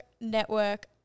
network